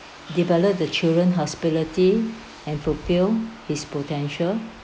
develop the children hospitality and fulfil his potential